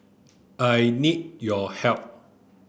I need your help